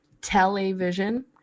television